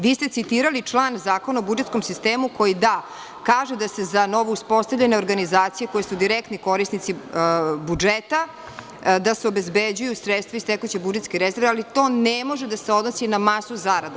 Vi ste citirali član Zakona o budžetskom sistemu koji da kaže da se za novo uspostavljene organizacije koje su direktni korisnici budžeta, da se obezbeđuju sredstva iz tekuće budžetske rezerve, ali to ne može da se odnosi na masu zarada.